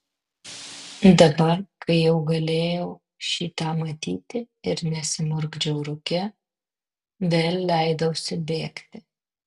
dabar kai jau galėjau šį tą matyti ir nesimurkdžiau rūke vėl leidausi bėgti